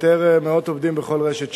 פיטורי מאות עובדים בכל רשת שיווק,